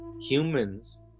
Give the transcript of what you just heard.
Humans